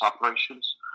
operations